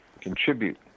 contribute